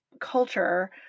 culture